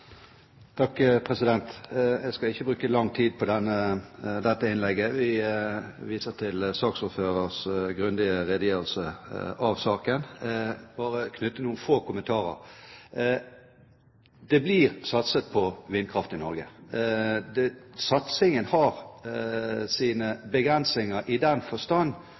Jeg skal ikke bruke lang tid på dette innlegget. Jeg viser til saksordførerens grundige redegjørelse. Jeg vil bare knytte noen få kommentarer til saken. Det blir satset på vindkraft i Norge. Satsingen har sine begrensninger. Så lenge prisnivået på vindkraften er som den